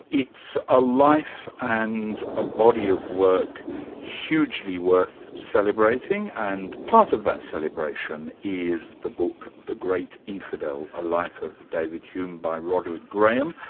it's a life and a body of work hugely worth celebrating, and part of that celebration is the book the great infidel a life of david hume by roderick graham.